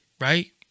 Right